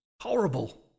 Horrible